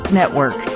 network